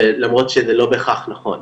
למרות שזה לא בהכרח נכון.